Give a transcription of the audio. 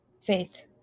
faith